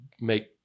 make